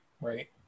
Right